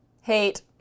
Hate